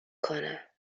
کنه